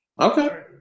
Okay